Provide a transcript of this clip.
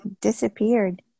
disappeared